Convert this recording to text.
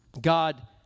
God